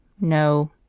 No